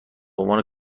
عنوان